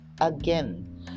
again